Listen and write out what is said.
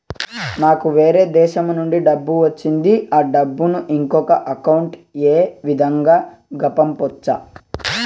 నాకు వేరే దేశము నుంచి డబ్బు వచ్చింది ఆ డబ్బును ఇంకొక అకౌంట్ ఏ విధంగా గ పంపొచ్చా?